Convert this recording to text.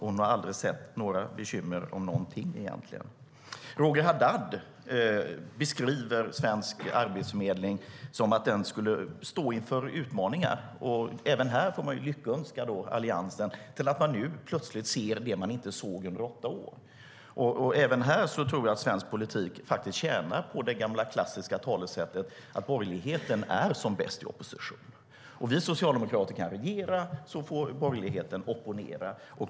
Hon har aldrig sett några bekymmer med någonting. Roger Haddad beskriver svensk arbetsförmedling som att den skulle stå inför utmaningar. Även här får man lyckönska Alliansen till att de nu plötsligt ser det de inte såg under åtta år. Och även här tror jag att svensk politik tjänar på det gamla klassiska talesättet att borgerligheten är som bäst i opposition. Vi socialdemokrater kan regera, så får borgerligheten opponera.